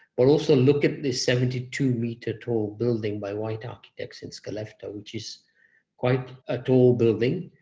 but also, look at this seventy two meter tall building by white architects in skelleftea, which is quite a tall building,